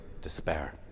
despair